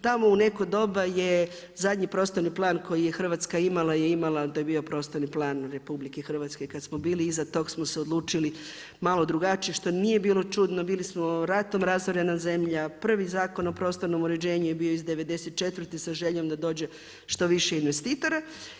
Tamo u neko doba je zadnji prostorni plan koji je Hrvatska imala je imala, to je bio prostorni plan RH kada smo bili iza toga smo se odlučili malo drugačije što nije bilo čudno, bili smo ratom razorena zemlja, prvi Zakon o prostornom uređenju je bio iz '94. sa željom da dođe što više investitora.